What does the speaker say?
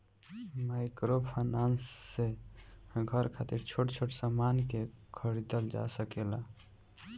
microfinance से घर खातिर छोट छोट सामान के खरीदल जा सकेला